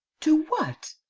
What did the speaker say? to what?